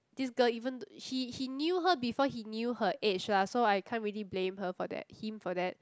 this girl even he he knew her before he knew her age lah so I can't really blame her for that him for that